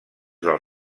del